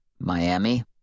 Miami